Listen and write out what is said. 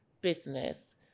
business